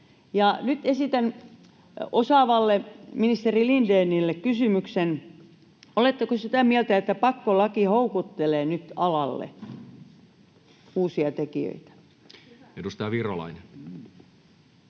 Nyt esitän osaavalle ministeri Lindénille kysymyksen: oletteko sitä mieltä, että pakkolaki houkuttelee nyt alalle uusia tekijöitä? [Speech